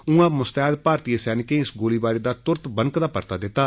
ऊआ मुस्तैद भारती सैनिकें इस गोलीबारी दा तुरन्त बनकदा परता दित्ता